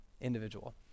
Individual